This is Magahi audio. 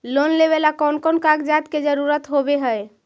लोन लेबे ला कौन कौन कागजात के जरुरत होबे है?